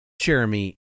Jeremy